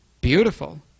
Beautiful